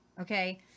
okay